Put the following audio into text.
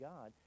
God